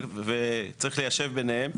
וצריך ליישב ביניהם